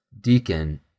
deacon